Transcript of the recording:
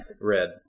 red